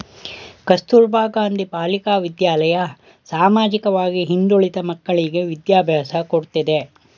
ಕಸ್ತೂರಬಾ ಗಾಂಧಿ ಬಾಲಿಕಾ ವಿದ್ಯಾಲಯ ಸಾಮಾಜಿಕವಾಗಿ ಹಿಂದುಳಿದ ಮಕ್ಕಳ್ಳಿಗೆ ವಿದ್ಯಾಭ್ಯಾಸ ಕೊಡ್ತಿದೆ